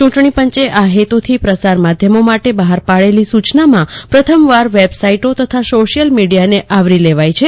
ચૂંટણી પંચે આ હેતુથી પ્રસાર માધ્યમો માટે બહાર પાડેલી સૂચનામાં પ્રથમવાર વેબસાઇટો તથા સોશિયલ મિડીયાને આવરી લેવાઇ છે